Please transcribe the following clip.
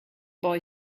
boy